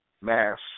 Mass